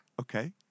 Okay